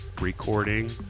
recording